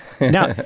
Now